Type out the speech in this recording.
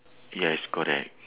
yes correct